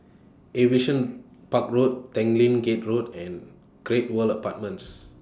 Aviation Park Road Tanglin Gate Road and Great World Apartments